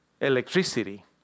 Electricity